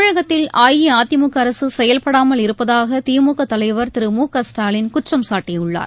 தமிழகத்தில் அஇஅதிமுக அரசு செயல்படாமல் இருப்பதாக திமுக தலைவர் திரு மு க ஸ்டாலின் குற்றம்சாட்டியுள்ளார்